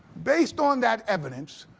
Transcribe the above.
based on that evidence,